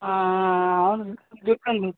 అవును చెప్పండి